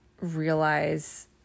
realize